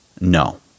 No